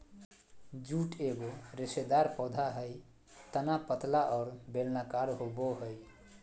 jute एगो रेशेदार पौधा हइ तना पतला और बेलनाकार होबो हइ